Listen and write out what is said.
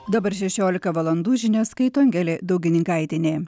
dabar šešiolika valandų žinias skaito angelė daugininkaitienė